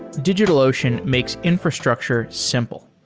digitalocean makes infrastructure simple.